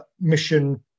mission